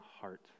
heart